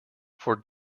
for